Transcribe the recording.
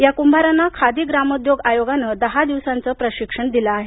या कुंभारांना खादी ग्रामोद्योग आयोगानं दहा दिवसांचं प्रशिक्षण दिलं आहे